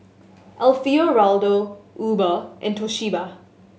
Alfio Raldo Uber and Toshiba